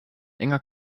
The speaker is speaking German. enger